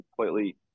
completely